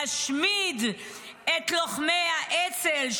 להשמיד את לוחמי האצ"ל,